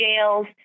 jails